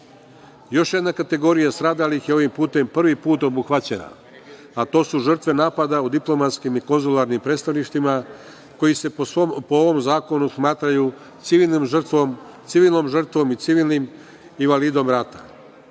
jedna kategorija stradalih je ovim putem prvi put obuhvaćena, a to su žrtve napada u diplomatskim i konzularnim predstavništvima koji se po ovom zakonu smatraju civilnom žrtvom i civilnim invalidom rata.Za